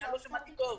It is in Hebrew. אולי לא שמעתי טוב.